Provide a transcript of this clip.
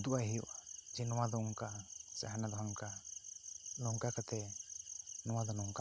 ᱩᱫᱩᱜ ᱟᱭ ᱦᱩᱭᱩᱜᱼᱟ ᱡᱮ ᱱᱚᱣᱟ ᱫᱚ ᱱᱚᱝᱠᱟ ᱥᱮ ᱦᱟᱱᱟ ᱫᱚ ᱦᱟᱝᱠᱟ ᱱᱚᱝᱠᱟ ᱠᱟᱛᱮ ᱱᱚᱣᱟ ᱫᱚ ᱱᱚᱝᱠᱟ ᱠᱟᱱᱟ